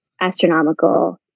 astronomical